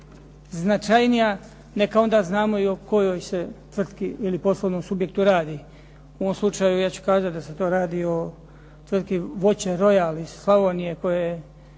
značajnija neka onda znamo o kojoj se tvrtki, ili poslovnom subjektu radi. U ovom slučaju ja ću kazati da se radi o tvrtki „Voćin Royal“ iz Slavonije koja je